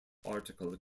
article